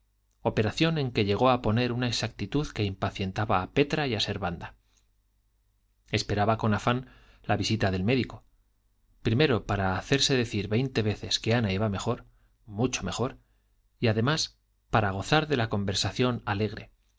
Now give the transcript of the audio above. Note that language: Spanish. operación en que llegó a poner una exactitud que impacientaba a petra y a servanda esperaba con afán la visita del médico primero para hacerse decir veinte veces que ana iba mejor mucho mejor y además para gozar con la conversación alegre